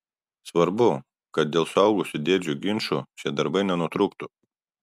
svarbu kad dėl suaugusių dėdžių ginčų šie darbai nenutrūktų